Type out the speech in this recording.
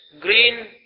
green